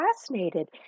fascinated